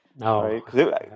No